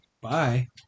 Bye